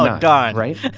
ah darn right.